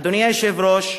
אדוני היושב-ראש,